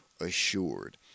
assured